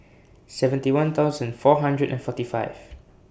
seventy one thousand four hundred and forty five